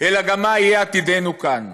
אלא גם מה יהיה עתידנו כאן,